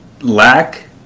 lack